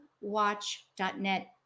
watch.net